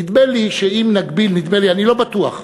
נדמה לי שאם נגביל, נדמה לי, אני לא בטוח,